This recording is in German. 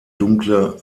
dunkle